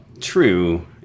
true